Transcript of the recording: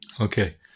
okay